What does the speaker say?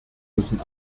müssen